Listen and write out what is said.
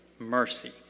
Mercy